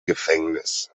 gefängnis